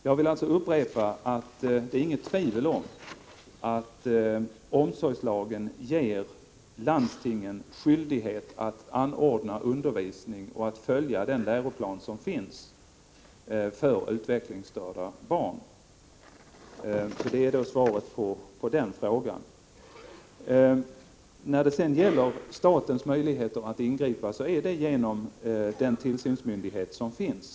Jag vill upprepa att det inte är något tvivel om att omsorgslagen ger landstingen skyldighet att anordna undervisning och att följa den läroplan som finns för utvecklingsstörda barn. Det är svaret på Margö Ingvardssons fråga på denna punkt. Staten har möjlighet att ingripa genom den tillsynsmyndighet som finns.